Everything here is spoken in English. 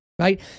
right